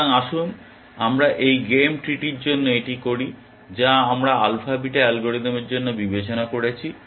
সুতরাং আসুন আমরা এই গেম ট্রিটির জন্য এটি করি যা আমরা আলফা বিটা অ্যালগরিদমের জন্য বিবেচনা করেছি